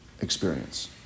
experience